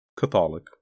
Catholic